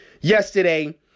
yesterday